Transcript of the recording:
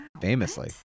famously